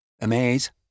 Amaze